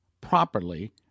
properly